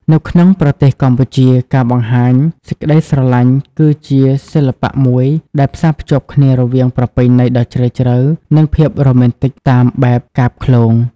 នៅក្នុងប្រទេសកម្ពុជា ការបង្ហាញសេចក្តីស្រឡាញ់គឺជាសិល្បៈមួយដែលផ្សារភ្ជាប់គ្នារវាងប្រពៃណីដ៏ជ្រាលជ្រៅ និងភាពរ៉ូមែនទិកតាមបែបកាព្យឃ្លោង។